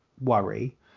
worry